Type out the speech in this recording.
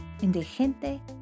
indigente